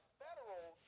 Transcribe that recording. federal